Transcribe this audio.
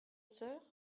sœur